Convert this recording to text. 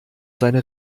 seine